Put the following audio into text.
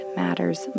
matters